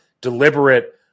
deliberate